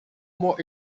more